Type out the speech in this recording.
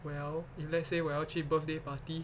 well if let's say 我要去 birthday party